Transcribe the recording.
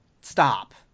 stop